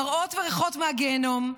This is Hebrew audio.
מראות הריחות מהגיהינום,